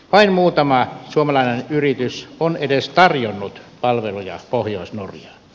vain muutama suomalainen yritys on edes tarjonnut palveluja pohjois norjaan